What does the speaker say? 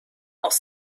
auch